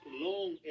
long